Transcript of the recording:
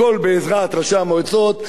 הכול בעזרת ראשי המועצות,